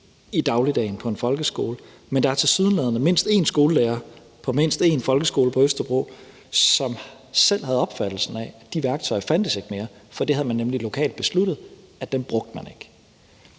i dagligdagen på en folkeskole, men der er tilsyneladende mindst en skolelærer på mindst en folkeskole på Østerbro, som selv havde opfattelsen af, at de værktøjer ikke fandtes mere, for man havde nemlig lokalt besluttet, at dem brugte man ikke.